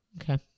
Okay